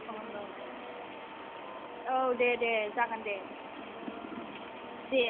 औ औ दे दे जागोन दे दे